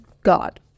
God